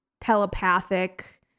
telepathic